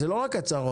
אלה לא רק הצהרות,